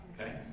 Okay